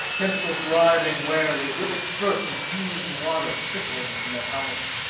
tentacles writhing warily, little spurts of used water trickling from their helmets.